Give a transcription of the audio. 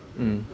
mm